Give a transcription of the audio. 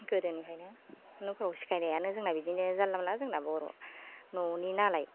गोदोनिफ्रायनो न'फोराव सिखायनायानो जोंना बिदिनो जानला मोनला जोंना बर' न'नि नालाय